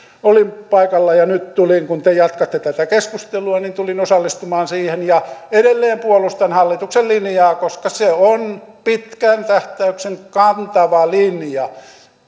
olin paikalla ja nyt tulin kun te jatkatte tätä keskustelua osallistumaan siihen ja edelleen puolustan hallituksen linjaa koska se on pitkän tähtäyksen kantava linja